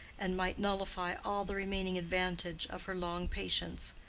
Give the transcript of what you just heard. and might nullify all the remaining advantage of her long patience.